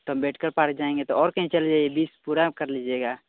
तो अंबेडकर पार्क जाएंगे तो और कहीं चले जाइए बीस पूरा कर लीजिएगा